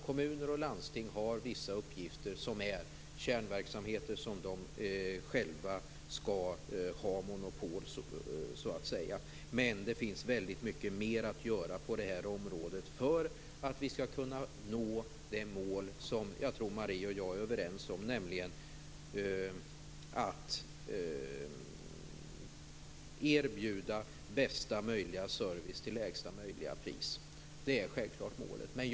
Kommuner och landsting har vissa uppgifter som är kärnverksamheter där de skall ha monopol, så att säga. Men det finns väldigt mycket mer att göra på det här området för att vi skall kunna nå det mål som jag tror att Marie och jag är överens om, nämligen att erbjuda bästa möjliga service till lägsta möjliga pris. Det är självklart målet.